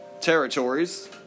territories